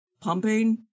pumping